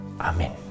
Amen